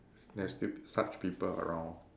there's still such people around